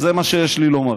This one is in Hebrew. וזה מה שיש לי לומר.